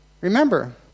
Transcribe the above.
Remember